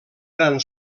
gran